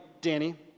Danny